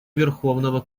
верховного